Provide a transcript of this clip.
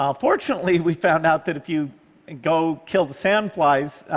um fortunately, we found out that if you go kill the sand flies,